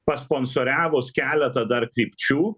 pasponsoriavus keletą dar krypčių